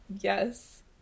Yes